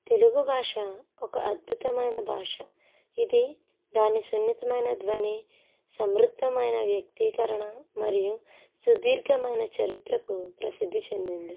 తెలుగు భాష ఒక అద్భుతమైన భాష ఇది దాని సున్నితమైన ధ్వని సమృద్ధమైన వ్యక్తీకరణ మరియు సుదీర్ఘమైన చరిత్రకు ప్రసిద్ధి చెందింది